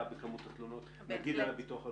בכמות התלונות בגין הביטוח הלאומי?